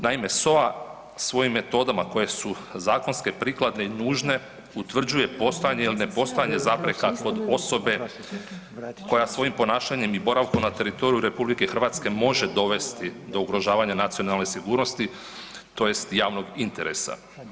Naime, SOA svojim metodama koje su zakonske, prikladne i nužne utvrđuje postojanje ili nepostojanje zapreka kod osobe koja svojim ponašanjem i boravkom na teritoriju RH može dovesti do ugrožavanja nacionalne sigurnosti tj. javnog interesa.